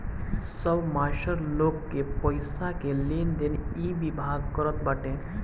सब मास्टर लोग के पईसा के लेनदेन इ विभाग करत बाटे